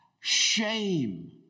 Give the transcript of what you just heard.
Shame